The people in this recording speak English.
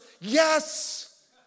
Yes